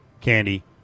Candy